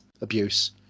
abuse